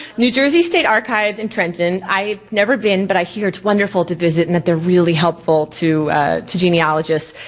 new jersey state archives in trenton, i've never been, but i hear it's wonderful to visit and that they're really helpful to to genealogists.